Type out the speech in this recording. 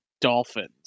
Dolphins